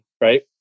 right